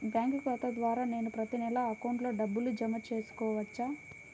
Bank ఖాతా ద్వారా నేను ప్రతి నెల అకౌంట్లో డబ్బులు జమ చేసుకోవచ్చా?